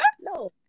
No